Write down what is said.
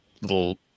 little